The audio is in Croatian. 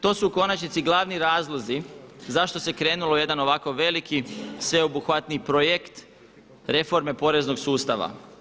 To su u konačnici glavni razlozi zašto se krenulo u jedan ovako veliki sveobuhvatni projekt reforme poreznog sustava.